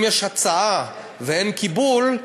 אם יש הצעה ואין קיבול,